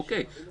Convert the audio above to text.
אוקיי,